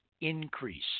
increase